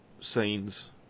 scenes